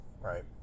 Right